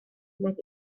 nag